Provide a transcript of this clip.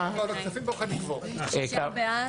הצבעה אושרה.